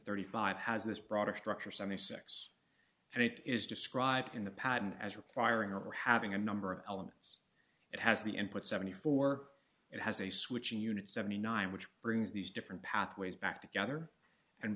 thirty five has this broader structure seventy six and it is described in the patent as requiring or having a number of elements it has the input seventy four it has a switch in unit seventy nine which brings these different pathways back together and